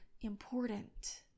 important